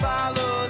Follow